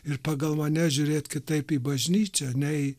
ir pagal mane žiūrėt kitaip į bažnyčią nei